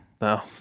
No